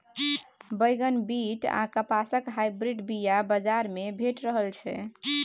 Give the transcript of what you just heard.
बैगन, बीट आ कपासक हाइब्रिड बीया बजार मे भेटि रहल छै